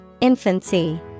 Infancy